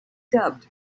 dubbed